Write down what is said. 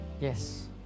Yes